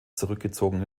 zurückgezogen